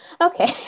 okay